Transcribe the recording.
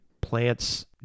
Plants